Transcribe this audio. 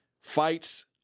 fights